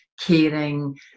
caring